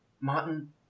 Martin